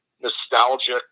nostalgic